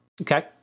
Okay